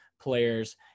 players